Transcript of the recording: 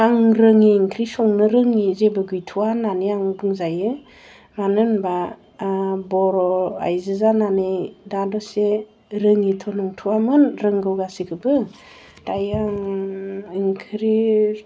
आं रोङि ओंख्रि संनो रोङि जेबो गैथ'आ होनानै आं बुंजायो मानो होनबा बर' आइजो जानानै दा दसे रोङिथ' नंथ'यामोन रोंगौ गासैखौबो दायो आं ओंख्रि